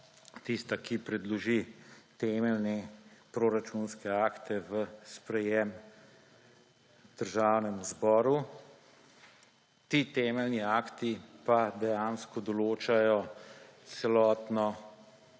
tista, ki predloži temeljne proračunske akte v sprejem Državnemu zboru. Ti temeljni akti pa dejansko določajo celotno